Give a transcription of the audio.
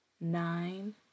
nine